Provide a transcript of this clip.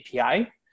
API